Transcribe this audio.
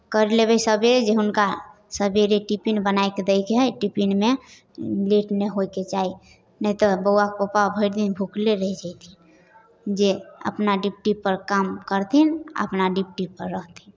करि लेबै सवेर जे हुनका सवेरे टिफिन बनाए कऽ दयके हइ टिफिनमे लेट नहि होयके चाही नहि तऽ बौआके पप्पा भरि दिन भुखले रहि जयथिन जे अपना डिप्टीपर काम करथिन आ अपना डिप्टीपर रहथिन